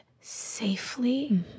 safely